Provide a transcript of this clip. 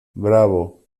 bravo